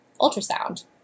ultrasound